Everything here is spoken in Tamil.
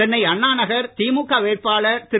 சென்னை அண்ணா நகர் திமுக வேட்பாளர் திரு